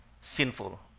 sinful